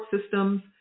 systems